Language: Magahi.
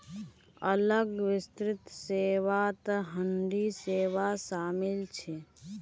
अलग वित्त सेवात हुंडी सेवा शामिल छ